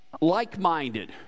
like-minded